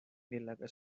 millega